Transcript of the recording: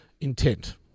intent